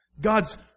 God's